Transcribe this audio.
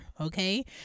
okay